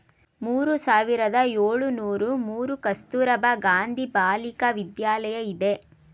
ಮೂರು ಸಾವಿರದ ಏಳುನೂರು ಮೂರು ಕಸ್ತೂರಬಾ ಗಾಂಧಿ ಬಾಲಿಕ ವಿದ್ಯಾಲಯ ಇದೆ